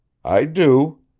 i do.